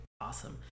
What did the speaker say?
Awesome